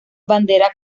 bandera